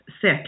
sick